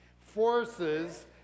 forces